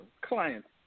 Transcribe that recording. clients